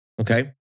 okay